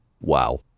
Wow